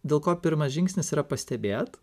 dėl ko pirmas žingsnis yra pastebėt